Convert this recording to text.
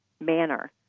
manner